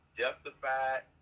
justified